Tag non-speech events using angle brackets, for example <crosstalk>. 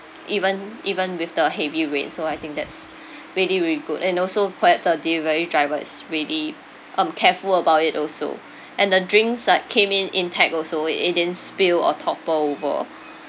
even even with the heavy rain so I think that's <breath> really really good and also perhaps the delivery driver is really um careful about it also <breath> and the drinks like came in intact also it it didn't spill or topple over